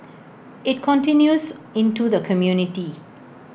IT continues into the community